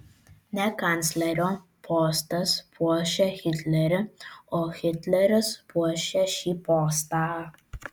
ne kanclerio postas puošia hitlerį o hitleris puošia šį postą